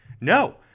No